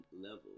level